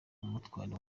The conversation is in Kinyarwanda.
umutware